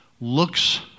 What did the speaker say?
looks